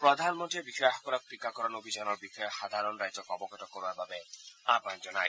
প্ৰধানমন্ৰীয়ে বিষয়াসকলক টীকাকৰণ অভিযানৰ বিষয়ে সাধাৰণ ৰাইজক অৱগত কৰোৱাৰ বাবে আহান জনায়